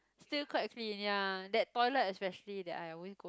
still quite clean ya that toilet especially that I always go